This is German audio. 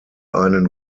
einen